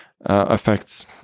affects